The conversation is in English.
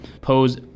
pose